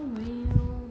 we